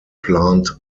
plant